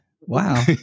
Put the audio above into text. Wow